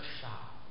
shop